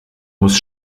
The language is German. muss